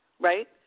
right